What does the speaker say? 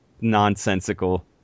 nonsensical